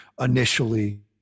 initially